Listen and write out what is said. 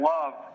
Love